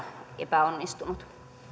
epäonnistunut